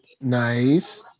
Nice